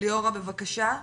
ליאורה בבקשה.